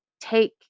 take